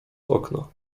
okno